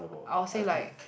I'll say like